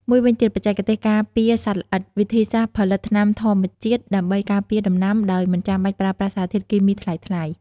មួយវិញទៀតបច្ចេកទេសការពារសត្វល្អិត វិធីសាស្ត្រផលិតថ្នាំធម្មជាតិដើម្បីការពារដំណាំដោយមិនចាំបាច់ប្រើប្រាស់សារធាតុគីមីថ្លៃៗ។